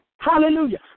Hallelujah